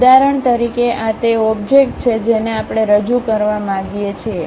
ઉદાહરણ તરીકે આ તે ઓબ્જેક્ટ છે જેને આપણે રજૂ કરવા માંગીએ છીએ